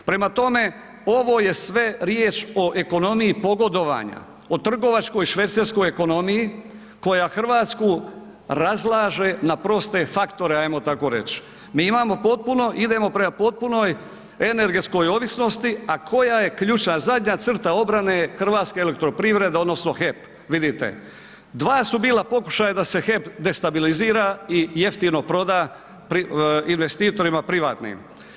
Prema tome, ovo je sve riječ o ekonomiji pogodovanja, o trgovačkoj švercerskoj ekonomiji koja RH razlaže na proste faktore, ajmo tako reć, mi imamo potpuno, idemo prema potpunoj energetskoj ovisnosti, a koja je ključna zadnja crta obrane Hrvatske elektroprivrede odnosno HEP, vidite dva su bila pokušaja da se HEP destabilizira i jeftino proda investitorima privatnim.